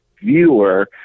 viewer